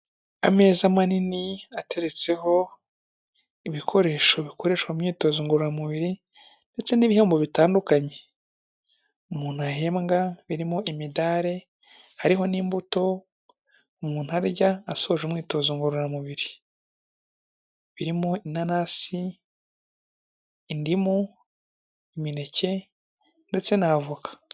Ameza manini ateretseho ibikoresho bikoreshwa mu myitozo ngororamubiri ndetse n'ibihembo bitandukanye umuntu ahembwa, birimo imidari hariho n'imbuto umuntu arya asoje umwitozo ngororamubiri, birimo inanasi, indimu, imineke ndetse n'avoka.